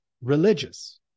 religious